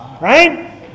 right